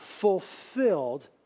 fulfilled